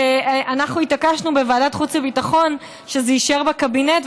ואנחנו התעקשנו בוועדת החוץ והביטחון שזה יישאר בקבינט.